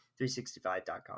365.com